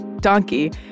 donkey